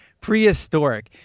prehistoric